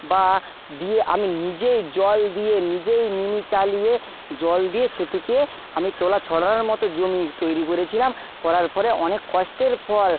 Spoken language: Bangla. বা দিয়ে আমি নিজেই জল দিয়ে নিজেই মিনি চালিয়ে জল দিয়ে সেটিকে আমি তলা ছড়ানোর মতো জমি তৈরি করেছিলাম করার ফরে অনেক কষ্টের ফল